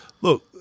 look